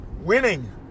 winning